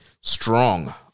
Strong